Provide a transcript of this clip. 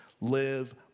live